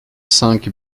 cinq